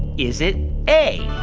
is it a,